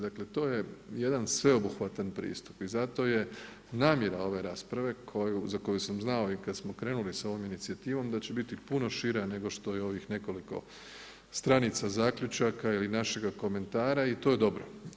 Dakle, to je jedan sveobuhvatan pristup i zato je namjera ove rasprave za koju sam znao i kad smo krenuli sa ovom inicijativom da će biti puno šira nego što je ovih nekoliko stranica zaključaka ili našega komentara i to je dobro.